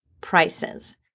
prices